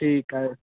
ठीक आहे